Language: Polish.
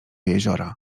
jeziora